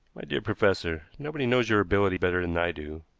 my dear professor, nobody knows your ability better than i do,